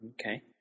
Okay